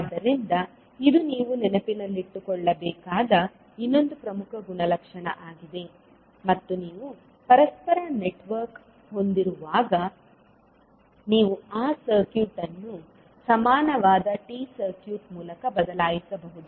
ಆದ್ದರಿಂದ ಇದು ನೀವು ನೆನಪಿನಲ್ಲಿಟ್ಟುಕೊಳ್ಳಬೇಕಾದ ಇನ್ನೊಂದು ಪ್ರಮುಖ ಗುಣಲಕ್ಷಣ ಆಗಿದೆ ಮತ್ತು ನೀವು ಪರಸ್ಪರ ನೆಟ್ವರ್ಕ್ ಹೊಂದಿರುವಾಗ ನೀವು ಆ ನೆಟ್ವರ್ಕ್ ಅನ್ನು ಸಮಾನವಾದ ಟಿ ಸರ್ಕ್ಯೂಟ್ ಮೂಲಕ ಬದಲಾಯಿಸಬಹುದು